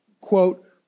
quote